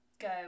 go